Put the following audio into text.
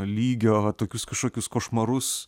lygio tokius kažkokius košmarus